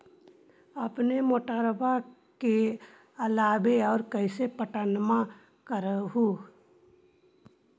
अपने मोटरबा के अलाबा और कैसे पट्टनमा कर हू?